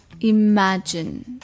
Imagine